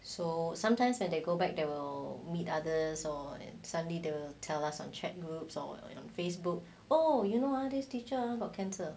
so sometimes when they go back there will meet others or suddenly they tell us on chat groups or your facebook oh you know nowadays teacher got cancer